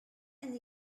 and